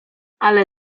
ale